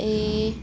ए